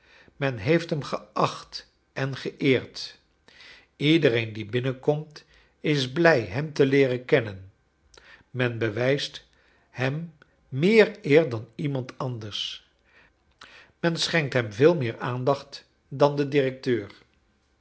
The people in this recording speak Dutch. men heeft hem geacht en geeerd iedereen die binnenkomt is blij hem te leeren kennen men bewijst hem meer eer dan iemand anders men schenkt hem veel meer aandacht dan den dir